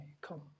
Come